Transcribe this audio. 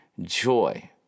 joy